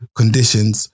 conditions